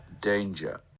Danger